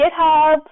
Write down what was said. github